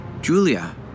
Julia